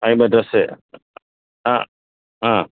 ஐம்பது ட்ரெஸ்ஸு ஆ ஆ